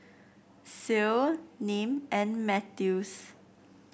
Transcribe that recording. Ceil Nim and Mathews